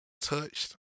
touched